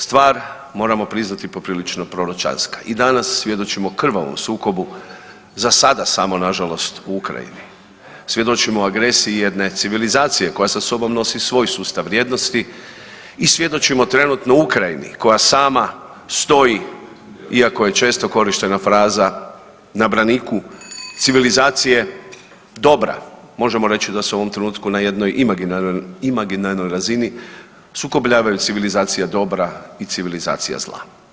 Stvar moramo priznati poprilično proročanska i danas svjedočimo krvavom sukobu za sada samo nažalost u Ukrajini, svjedočimo agresiji jedne civilizacije koja sa sobom nosi svoj sustav vrijednosti i svjedočimo trenutno Ukrajini koja sama stoji iako je često korištena fraza na braniku civilizacije dobra, možemo reći da se u ovom trenutku na jednoj imaginarnoj, imaginarnoj razini sukobljavaju civilizacija dobra i civilizacija zla.